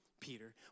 Peter